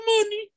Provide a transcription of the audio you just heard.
money